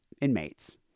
inmates